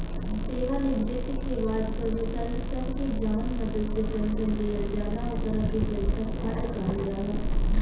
सेवानिवृत्ति के बाद कर्मचारी सब के जवन मदद से पेंशन दिहल जाला ओकरा के पेंशन फंड कहल जाला